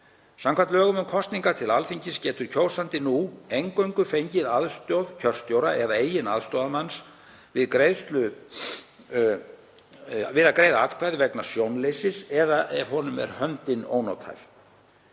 Samkvæmt lögum um kosningar til Alþingis getur kjósandi nú eingöngu fengið aðstoð kjörstjóra eða eigin aðstoðarmanns við að greiða atkvæði vegna sjónleysis eða ef honum er höndin ónothæf.